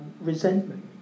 resentment